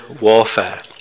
warfare